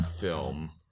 film